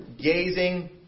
gazing